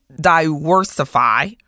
diversify